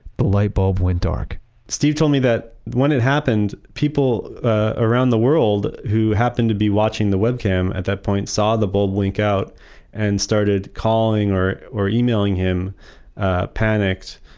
the light bulb went dark steve told me that when it happened, people ah around the world who happened to be watching the webcam at that point saw the bulb blink out and started calling or or emailing him panicked,